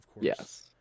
Yes